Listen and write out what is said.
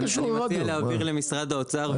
תפסיקו עם הרדיו.